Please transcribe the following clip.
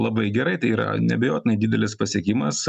labai gerai tai yra neabejotinai didelis pasiekimas